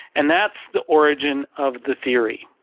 and that's the origin of the theory.